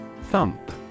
Thump